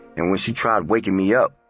and when she tried waking me up,